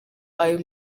aya